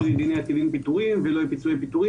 לא יהיה דינה כדין פיטורים ולא יהיו פיצויי פיטורים